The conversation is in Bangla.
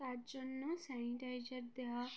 তার জন্য স্যানিটাইজার দেওয়া